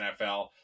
NFL